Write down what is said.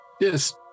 Yes